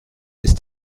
ist